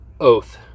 oath